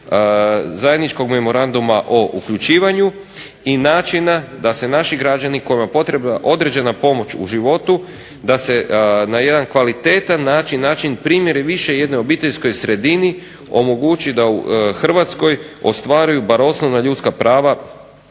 zajedničkog memoranduma o uključivanju i načina da se naši građani kojima je potrebna određena pomoć u životu da se na jedan kvalitetan način, način primjeren više jednoj obiteljskoj sredini, omogući da u Hrvatskoj ostvaruju bar osnovna ljudska prava